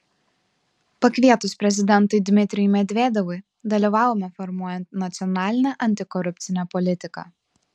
pakvietus prezidentui dmitrijui medvedevui dalyvavome formuojant nacionalinę antikorupcinę politiką